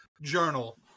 journal